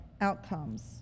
outcomes